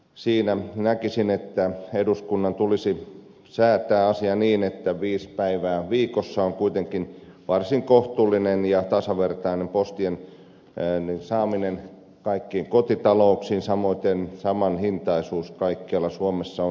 siinä näkisin että eduskunnan tulisi säätää asia niin että viisi päivää viikossa on kuitenkin varsin kohtuullinen ja tasavertainen postien saamisessa kaikkiin kotitalouksiin samoiten samanhintaisuus kaikkialla suomessa